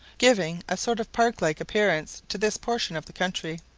giving a sort of park-like appearance to this portion of the country.